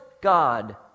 God